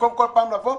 במקום כל פעם לבוא.